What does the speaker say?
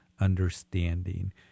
Understanding